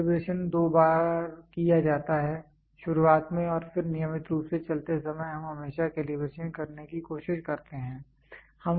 calibration दो बार किया जाता है शुरुआत में और फिर नियमित रूप से चलते समय हम हमेशा कैलिब्रेशन करने की कोशिश करते हैं